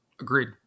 Agreed